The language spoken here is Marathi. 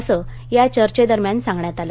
असं या चर्वेदरम्यान सांगण्यात आलं